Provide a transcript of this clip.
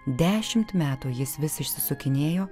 dešimt metų jis vis išsisukinėjo